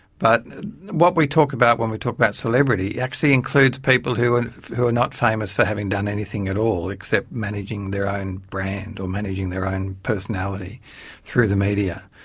but what we talk about when we talk about celebrity actually includes people who and are are not famous for having done anything at all except managing their own brand or managing their own personality through the media.